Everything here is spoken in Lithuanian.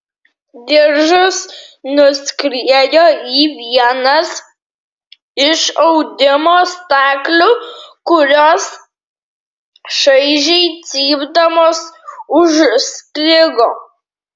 diržas nuskriejo į vienas iš audimo staklių kurios šaižiai cypdamos užstrigo